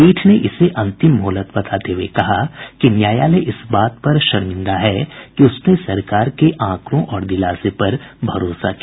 पीठ ने इसे अंतिम मोहलत बताते हुए कहा कि न्यायालय इस बात पर शर्मिंदा है कि उसने सरकार के आंकड़ों और दिलासे पर भरोसा किया